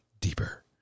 Deeper